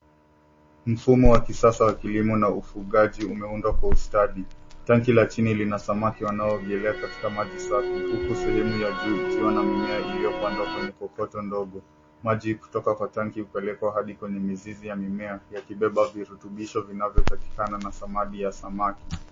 Mfumo wa kisasa wa kilimo na ufugaji umeunda kwa ustadi, tanki la chini lina samaki wanaovyelea katika maji safi, huku suhemu ya juu ikiwa na mimea iliyopandwa kwenye kokoto ndogo, maji kutoka kwa tanki hupelekwa hadi kwenye mizizi ya mimea, yakibeba virutubisho vinavyotakina na samadi ya samaki.